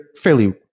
fairly